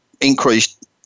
increased